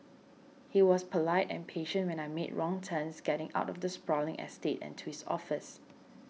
he was polite and patient when I made wrong turns getting out of the sprawling estate and to his office